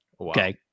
Okay